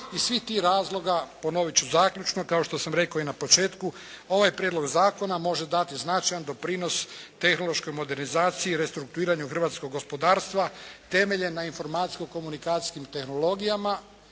Iz svih tih razloga ponovit ću zaključno kao što sam rekao i na početku ovaj prijedlog zakona može dati značajan doprinos tehnološkoj modernizaciji i restruktuiranju hrvatskog gospodarstva temeljen na informacijsko-komunikacijskim tehnologijama